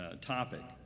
topic